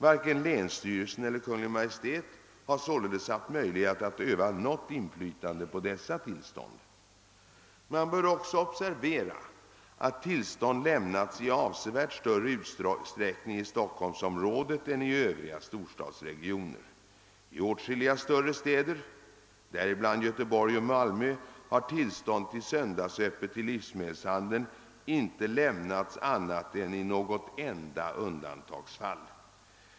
Varken länsstyrelsen eller Kungl. Maj:t har således haft möjlighet att öva något inflytande på dessa tillstånd. Man bör också observera att tillstånd lämnats i avsevärt större utsträckning i Stockholmsområdet än i de övriga storstadsregionerna. I åtskilliga större städer, däribland Göteborg och Malmö, har tillstånd till söndagsöppet i livsmedelshandeln inte lämnats annat än i något enda undantagsfall.